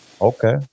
Okay